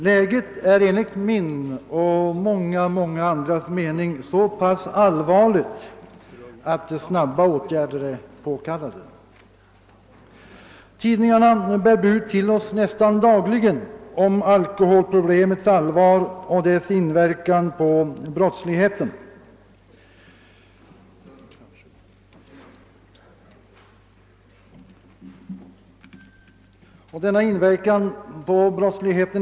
Läget är enligt min och många, många andras mening så pass allvarligt att snabba åtgärder är påkallade. Tidningarna bär bud till oss nästan dagligen om alkoholproblemets allvar och om alkoholkonsumtionens inverkan på brottsligheten.